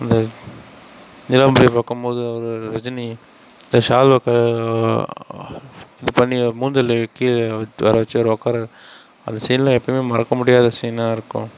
அந்த நீலாம்பரியை பார்க்கும்போது அவர் ரஜினி அந்த ஷால்வை இது பண்ணி மூஞ்சியில் கீழே வரவச்சு அவர் உக்காருவாரு அந்த சீன்லாம் எப்போவுமே மறக்கமுடியாத சீனாக இருக்கும்